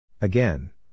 Again